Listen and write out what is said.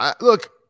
Look –